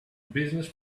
business